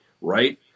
Right